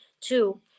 two